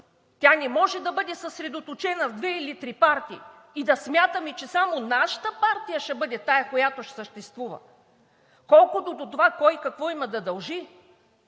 тя не може да бъде съсредоточена в две или три партии и да смятаме, че само нашата партия ще бъде тази, която ще съществува. Колкото до това кой какво има да дължи